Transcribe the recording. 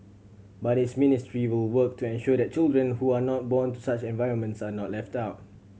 but his ministry will work to ensure that children who are not born to such environments are not left out